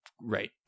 Right